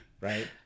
Right